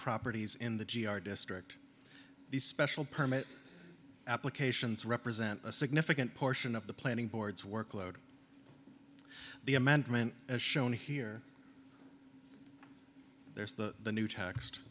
properties in the g r district the special permit applications represent a significant portion of the planning board's workload the amendment as shown here there's the new t